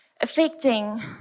affecting